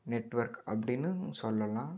network அப்படின்னும் சொல்லலாம்